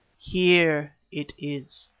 here it is,